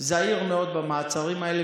זהיר מאוד במעצרים האלה,